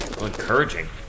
encouraging